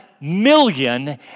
million